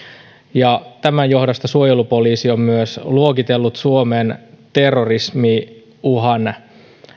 ja tämän johdosta suojelupoliisi on luokitellut suomen terrorismiuhan